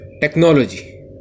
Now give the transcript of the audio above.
technology